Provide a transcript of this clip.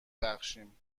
بخشیم